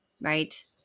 right